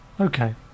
Okay